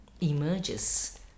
emerges